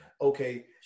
okay